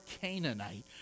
Canaanite